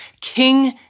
King